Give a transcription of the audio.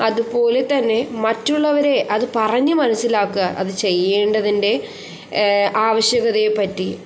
അതുപോലെത്തന്നെ മറ്റുള്ളവരെ അത് പറഞ്ഞു മനസ്സിലാക്കുക അത് ചെയ്യേണ്ടതിൻ്റെ ആവശ്യകതയെപ്പറ്റി